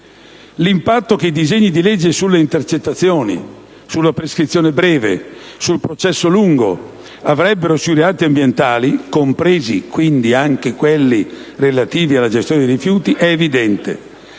L'impatto che i disegni di legge sulle intercettazioni, sulla prescrizione breve e sul processo lungo avrebbero sui reati ambientali - compresi, quindi, anche quelli relativi alla gestione dei rifiuti - è evidente.